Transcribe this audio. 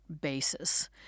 basis